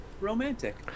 romantic